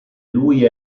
lui